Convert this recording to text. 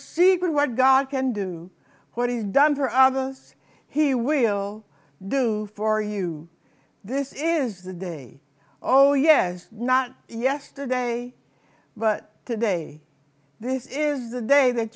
secret what god can do what is done for others he will do for you this is the day oh yes not yesterday but today this is the day that